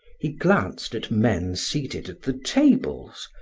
he glanced at men seated at the tables,